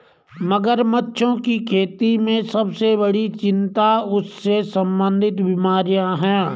मगरमच्छों की खेती में सबसे बड़ी चिंता उनसे संबंधित बीमारियां हैं?